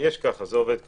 זה עובד ככה,